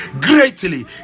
greatly